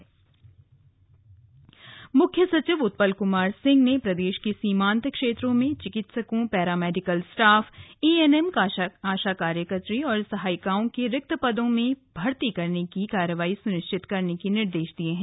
बैठक मुख्य सचिव मुख्य सचिव उत्पल कुमार सिंह ने प्रदेश के सीमान्त क्षेत्रों में चिकित्सकों पैरामेडिकल स्टाफ एएनएम आशा कार्यकर्ती और सहायिकाओं के रिक्त पदों में भर्ती करने की कार्रवाई सुनिश्चित करने के निर्देश दिये हैं